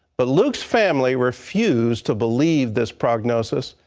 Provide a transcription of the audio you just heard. but luke's family refused to believe this prognosis,